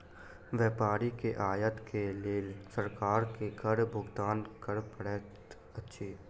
व्यापारी के आयत के लेल सरकार के कर भुगतान कर पड़ैत अछि